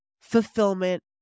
fulfillment